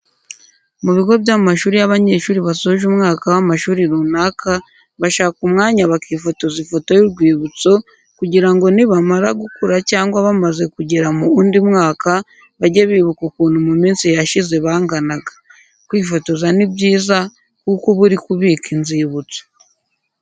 Mu bigo by'amashuri iyo abanyeshuri basoje umwaka w'amashuri runaka, bashaka umwanya bakifotoza ifoto y'urwibutso kugira ngo nibamara gukura cyangwa bamaze kugera mu wundi mwaka bajye bibuka ukuntu mu minsi yashize banganaga. Kwifotoza ni byiza kuko uba uri kubika inzibutso.